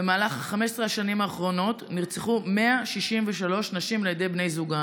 במהלך 15 השנים האחרונות נרצחו 163 נשים על ידי בני זוגן.